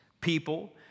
people